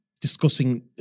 discussing